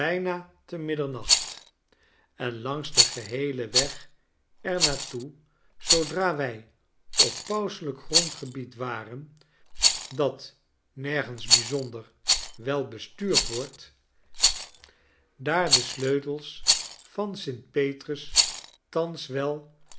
te middernacht en langs den geheelen weg er naar toe zoodra wij op pauselijk grondgebied waren dat nergens bijzonder wel bestuurd wordt daar de sleutels van sint petrus thans wel